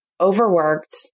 overworked